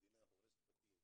המדינה הורסת בתים.